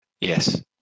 Yes